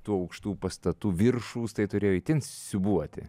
tų aukštų pastatų viršūs tai turėjo itin siūbuoti